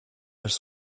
elles